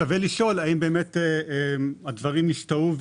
שווה לשאול האם באמת הדברים השתהו.